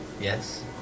Yes